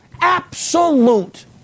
Absolute